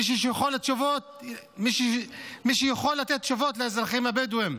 מישהו שיכול לתת תשובות לאזרחים הבדואים.